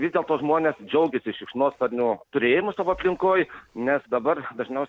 vis dėlto žmonės džiaugėsi šikšnosparnio turėjimu savo aplinkoj nes dabar dažniau